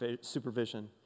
supervision